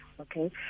Okay